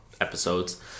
episodes